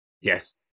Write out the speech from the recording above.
Yes